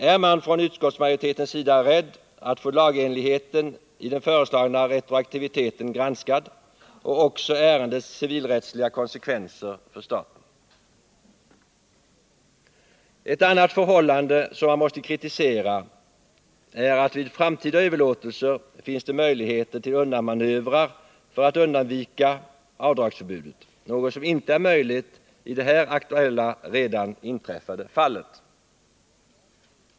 Är man från utskottsmajoritetens sida rädd att lagenligheten i den föreslagna retroaktiviteten och också ärendets civilrättsliga konsekvenser för staten skall granskas? Ett annat förhållande som man måste kritisera är att det vid framtida överlåtelser finns möjligheter till undanmanövrer för att undvika avdragsförbudet — något som inte är möjligt i det här aktuella, redan inträffade fallet.